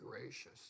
gracious